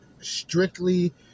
strictly